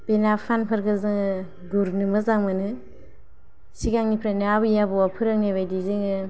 बे ना फुवानफोरखौ जोंङो गुरनो मोजां मोनो सिगांनिफ्रायनो आबै आबौआ फोरोंनाय बायदि जोंङो